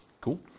Cool